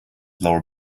lower